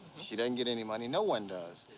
she doesn't get any money, no one does.